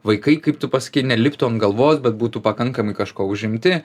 vaikai kaip tu pasakei neliptų ant galvos bet būtų pakankamai kažkuo užimti